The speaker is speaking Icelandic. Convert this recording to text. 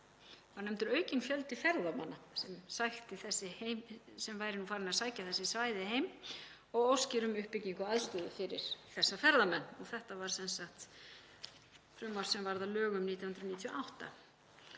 var nefndur aukinn fjöldi ferðamanna sem væri farinn að sækja þessi svæði heim og óskir um uppbyggingu aðstöðu fyrir þessa ferðamenn. Þetta var sem sagt í frumvarpi sem varð að lögum 1998.